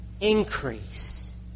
increase